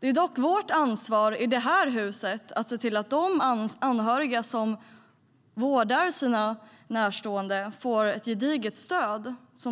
Det är dock vårt ansvar, i det här huset, att se till att de anhöriga som vårdar sina närstående får ett gediget stöd.